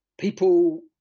people